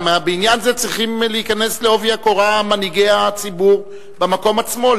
גם בעניין זה צריכים להיכנס בעובי הקורה מנהיגי הציבור במקום עצמו,